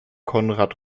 conrad